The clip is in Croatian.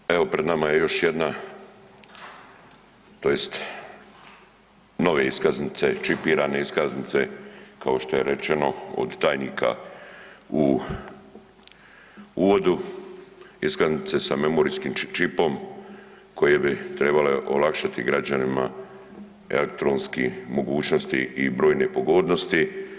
Narode moj, evo pred nama je još jedna tj. nove iskaznice, čipirane iskaznice, kao što je rečeno od tajnika u uvodu iskaznice sa memorijskim čipom koje bi trebale olakšati građanima elektronski mogućnosti i brojne pogodnosti.